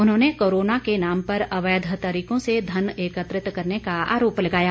उन्होंने कोरोना के नाम पर अवैध तरीकों से धन एकत्रित करने का आरोप लगाया